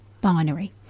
binary